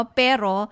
pero